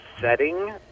setting